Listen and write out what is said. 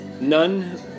None